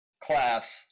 class